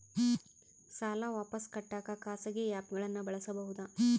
ಸಾಲ ವಾಪಸ್ ಕಟ್ಟಕ ಖಾಸಗಿ ಆ್ಯಪ್ ಗಳನ್ನ ಬಳಸಬಹದಾ?